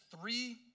three